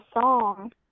song